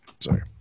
Sorry